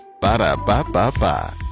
Ba-da-ba-ba-ba